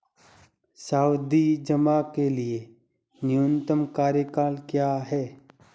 सावधि जमा के लिए न्यूनतम कार्यकाल क्या है?